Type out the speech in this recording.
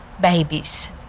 babies